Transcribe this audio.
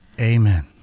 Amen